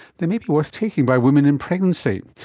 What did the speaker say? they may be worth taking by women in pregnancy.